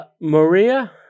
Maria